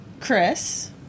Chris